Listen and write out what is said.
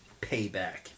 payback